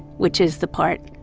which is the part